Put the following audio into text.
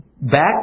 back